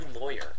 lawyer